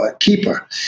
Keeper